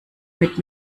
mit